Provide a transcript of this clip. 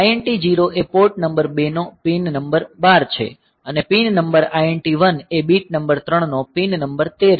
INT 0 એ port number 2 નો pin number 12 છે અને પિન નંબર INT 1 એ બીટ નંબર 3 નો પિન નંબર 13 છે